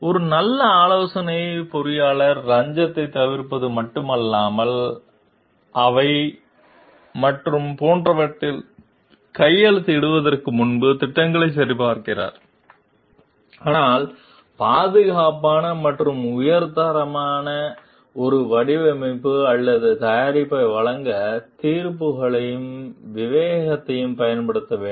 ஒரு நல்ல ஆலோசனை பொறியாளர் லஞ்சத்தைத் தவிர்ப்பது மட்டுமல்லாமல் அவை மற்றும் போன்றவற்றில் கையெழுத்திடுவதற்கு முன்பு திட்டங்களைச் சரிபார்க்கிறார் ஆனால் பாதுகாப்பான மற்றும் உயர் தரமான ஒரு வடிவமைப்பு அல்லது தயாரிப்பை வழங்க தீர்ப்புகளையும் விவேகத்தையும் பயன்படுத்த வேண்டும்